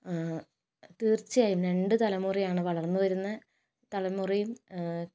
തീർച്ചയായും രണ്ട് തലമുറയാണ് വളർന്നുവരുന്ന തലമുറയും